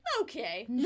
Okay